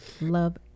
love